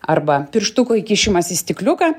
arba pirštuko įkišimas į stikliuką